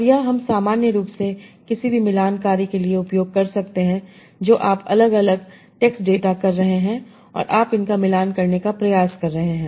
और यह हम सामान्य रूप से किसी भी मिलान कार्य के लिए उपयोग कर सकते हैं जो आप अलग अलग टेक्स्ट डेटा कर रहे हैं और आप इनका मिलान करने का प्रयास कर रहे हैं